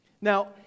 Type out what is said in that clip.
Now